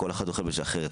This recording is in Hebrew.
כל אחד אוכל בשעה אחרת,